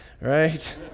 Right